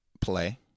play